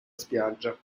spiaggia